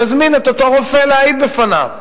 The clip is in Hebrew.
יזמין את אותו רופא להעיד בפניו.